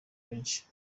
benshi